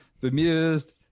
bemused